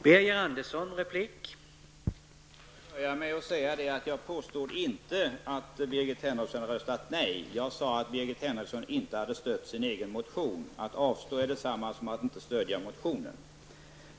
Herr talman! Jag påstod inte att Birgit Henriksson hade röstat nej. Jag sade att hon inte hade stött sin egen motion. Att avstå är detsamma som att inte stödja motionen.